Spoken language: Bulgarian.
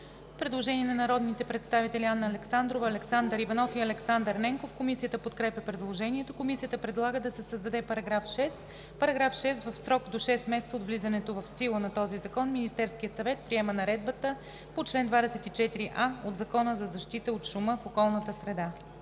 Предложение от народните представители Анна Александрова, Александър Иванов и Александър Ненков. Комисията подкрепя предложението. Комисията предлага да се създаде § 6: „§ 6. В срок до шест месеца от влизането в сила на този закон Министерският съвет приема наредбата по чл. 24а от Закона за защита от шума в околната среда.“